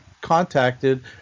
contacted